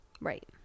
Right